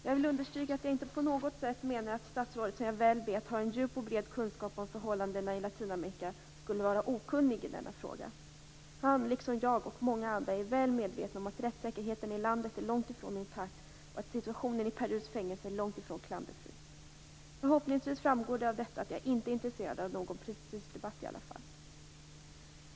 Jag vill understryka att jag inte på något sätt menar att statsrådet, som jag väl vet har en djup och bred kunskap om förhållandena i Latinamerika, skulle vara okunnig i denna fråga. Han, liksom jag och många andra är väl medvetna om att rättssäkerheten i landet är långt ifrån intakt och att situationen i Perus fängelser är långt ifrån klanderfri. Förhoppningsvis framgår det av detta att jag i alla fall inte är intresserad av någon prestigedebatt.